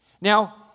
Now